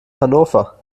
hannover